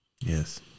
Yes